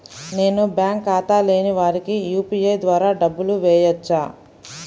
నేను బ్యాంక్ ఖాతా లేని వారికి యూ.పీ.ఐ ద్వారా డబ్బులు వేయచ్చా?